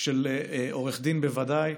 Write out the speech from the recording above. של עורך דין בוודאי,